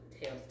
Tails